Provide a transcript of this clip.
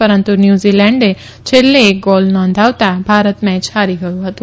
પરંતુ ન્યૂઝીલેજે છેલ્લે એક ગોલ નોંધાવતા ભારત મેચ હારી ગયું હતું